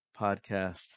podcast